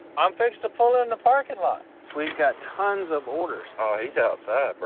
i'm fixing to pull in the parking lot. we've got tons of orders. oh, he's outside, bro.